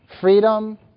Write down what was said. freedom